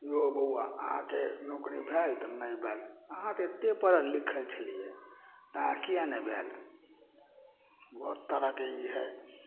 यौ बौआ अहाँके नोकरी भेल तऽ नहि भेल अहाँ तऽ एतेक पढ़ल लिखल छलिए आओर किएक नहि भेल बहुत तरहके ई हइ